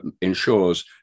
ensures